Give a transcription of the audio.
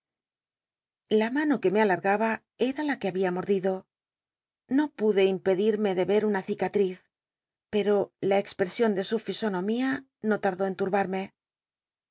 la mano que me alargaba era la que babia mordido i'io pude impedirme de er uua cicatriz pero la expresion de su fisonomía no tardó en tul'llanne